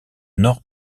nord